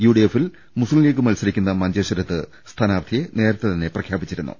U D എഫിൽ മുസ്ലിം ലീഗ് മത്സരിക്കുന്ന മഞ്ചേശ്വരത്ത് സ്ഥാനാർത്ഥിയെ നേരത്തെ തന്നെ പ്രഖ്യാ പിച്ചിരുന്നു